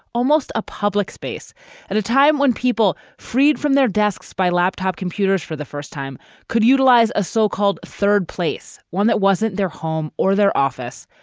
almost a public space at a time when people freed from their desks by laptop computers for the first time could utilize a so-called third place, one that wasn't their home or their office.